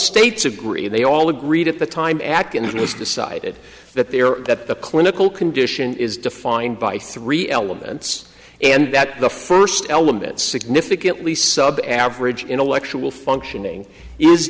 states agree they all agreed at the time act and it was decided that there that the clinical condition is defined by three elements and that the first element significantly sub average intellectual functioning is